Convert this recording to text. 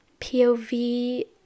POV